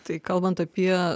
tai kalbant apie